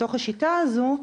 בתוך השיטה הזו,